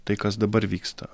tai kas dabar vyksta